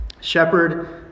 shepherd